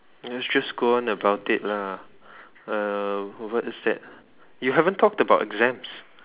let's just go on about it lah uh what is that you haven't talked about exams